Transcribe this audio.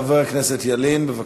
חבר כנסת ילין, בבקשה.